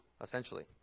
essentially